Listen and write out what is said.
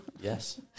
Yes